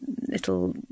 little